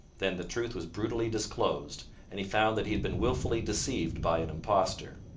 then the truth was brutally disclosed, and he found that he had been wilfully deceived by an impostor.